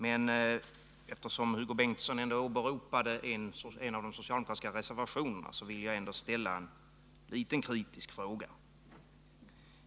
Men eftersom Hugo Bengtsson åberopade en av de socialdemokratiska reservationerna vill jag ändå ställa en liten kritisk fråga.